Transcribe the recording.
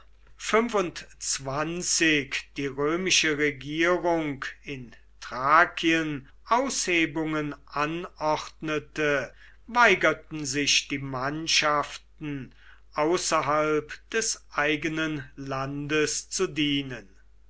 die römische regierung in thrakien aushebungen anordnete weigerten sich die mannschaften außerhalb des eigenen landes zu dienen